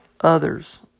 others